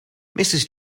mrs